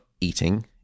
eating